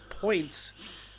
points